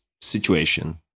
situation